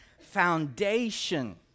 foundation